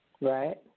Right